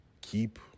keep